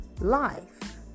life